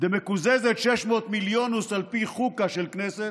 דמקוזזת 600 מיליונוס על פי חוקא של כנסת,